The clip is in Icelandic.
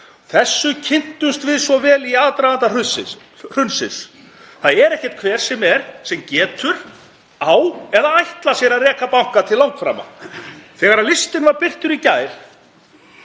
Þessu kynntumst við svo vel í aðdraganda hrunsins. Það er ekki hver sem er sem getur, á eða ætlar sér að reka banka til langframa. Þegar listinn var birtur í gær